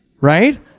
right